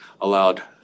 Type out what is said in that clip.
allowed